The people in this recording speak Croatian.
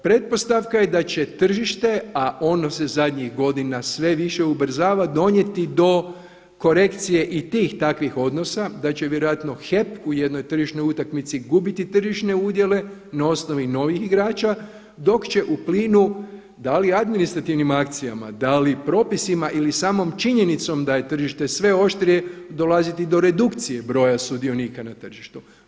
Pretpostavka je da će tržište a ono se zadnjih godina sve više ubrzava donijeti do korekcije i tih takvih odnosa da će vjerojatno HEP u jednoj tržišnoj utakmici gubiti tržišne udjele na osnovi novih igrača dok će u plinu, da li administrativnim akcijama da li propisima ili samom činjenicom da je tržište sve oštrije dolaziti do redukcije broja sudionika na tržištu.